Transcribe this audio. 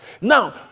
Now